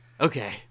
Okay